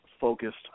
focused